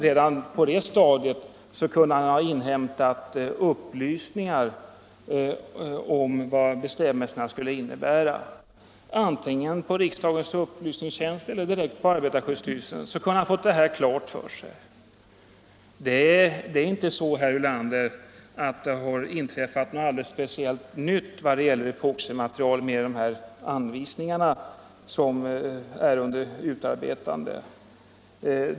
Redan på det stadiet kunde han ha inhämtat upplysningar om vad bestämmelserna skulle innebära. Antingen från riksdagens upplysningstjänst eller direkt hos arbetarskyddsstyrelsen kunde herr Ulander ha fått detta klart för sig. Det är inte så, herr Ulander, att det beträffande epoximaterial har inträffat något alldeles speciellt nytt med de anvisningar som är under utarbetande.